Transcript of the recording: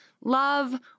love